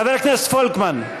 חבר הכנסת פולקמן,